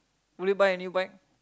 would you buy a new bike